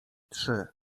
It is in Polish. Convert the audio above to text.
trzy